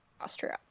Austria